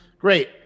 Great